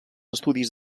estudis